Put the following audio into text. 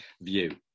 view